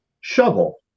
shovel